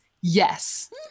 yes